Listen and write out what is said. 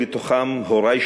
ובתוכם הורי,